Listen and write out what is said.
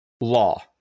law